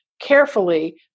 carefully